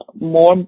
more